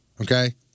okay